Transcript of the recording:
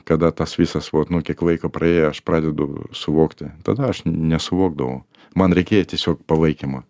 kada tas visas vat nu kiek laiko praėjo aš pradedu suvokti tada aš nesuvokdavau man reikėjo tiesiog palaikymo